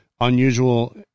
unusual